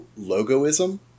logoism